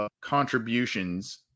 contributions